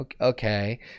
okay